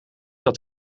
dat